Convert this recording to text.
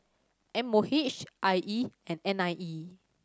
M O H I E and N I E